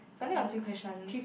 but then got three questions